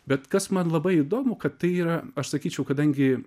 bet kas man labai įdomu kad tai yra aš sakyčiau kadangi